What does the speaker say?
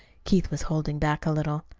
keith was holding back a little.